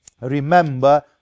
Remember